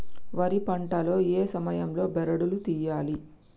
వరి పంట లో ఏ సమయం లో బెరడు లు తియ్యాలి?